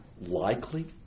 likely